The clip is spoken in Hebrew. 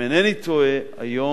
אם אינני טועה, היו